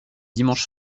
dimanche